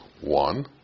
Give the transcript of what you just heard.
One